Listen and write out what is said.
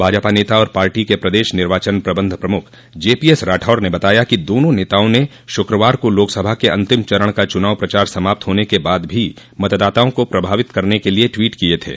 भाजपा नेता और पार्टी के प्रदेश निर्वाचन प्रबंधन प्रमुख जेपीएस राठौर ने बताया कि दोनों नेताओं ने शुक्रवार को लोकसभा के अंतिम चरण का चुनाव प्रचार समाप्त होने के बाद भी मतदाताओं को प्रभावित करने के लिए ट्वीट किए थे